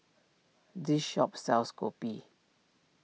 this shop sells Kopi